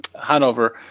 Hanover